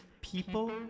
people